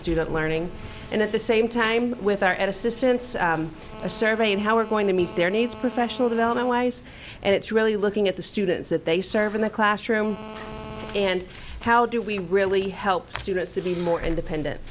student learning and at the same time with our ed assistance a survey of how we're going to meet their needs professional development wise and it's really looking at the students that they serve in the classroom and how do we really help students to be more independent